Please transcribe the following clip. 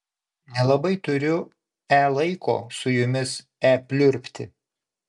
nelabai turiu e laiko su jumis e pliurpti